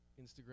Instagram